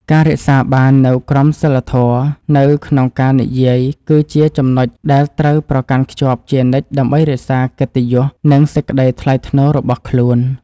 ការរក្សាបាននូវក្រមសីលធម៌នៅក្នុងការនិយាយគឺជាចំណុចដែលត្រូវប្រកាន់ខ្ជាប់ជានិច្ចដើម្បីរក្សាកិត្តិយស និងសេចក្តីថ្លៃថ្នូររបស់ខ្លួន។